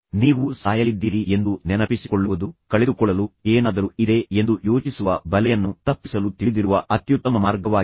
ನೀವು ಸಾಯಲಿದ್ದೀರಿ ಎಂದು ನೆನಪಿಸಿಕೊಳ್ಳುವುದು ನಿಮಗೆ ಕಳೆದುಕೊಳ್ಳಲು ಏನಾದರೂ ಇದೆ ಎಂದು ಯೋಚಿಸುವ ಬಲೆಯನ್ನು ತಪ್ಪಿಸಲು ನನಗೆ ತಿಳಿದಿರುವ ಅತ್ಯುತ್ತಮ ಮಾರ್ಗವಾಗಿದೆ